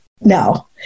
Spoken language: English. No